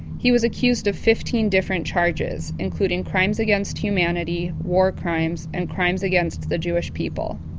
he was accused of fifteen different charges, including crimes against humanity, war crimes and crimes against the jewish people.